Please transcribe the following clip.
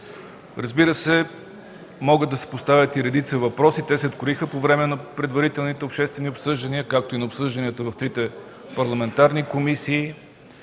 Разбира се, могат да се поставят и редица въпроси. Те се откроиха по време на предварителните обществени обсъждания, както и на обсъжданията в трите парламентарни комисии.